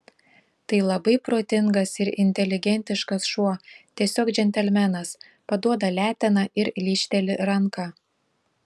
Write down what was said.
tai labai protingas ir inteligentiškas šuo tiesiog džentelmenas paduoda leteną ir lyžteli ranką